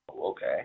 Okay